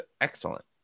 excellent